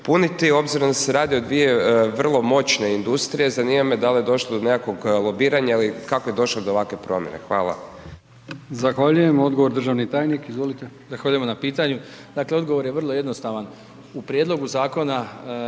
puniti obzirom da se radi o dvije moćne industrije, zanima me da li je došlo do nekakvog lobiranja ili kako je došlo do ovakve promjene. **Brkić, Milijan (HDZ)** Zahvaljujem. Odgovor, državni tajnik, izvolite. **Glavina, Tonči** Zahvaljujem na pitanju. Dakle, odgovor je vrlo jednostavan. U prijedlogu zakona